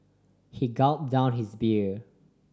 he gulped down his beer